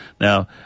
Now